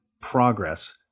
progress